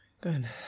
Good